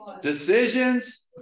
decisions